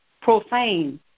profane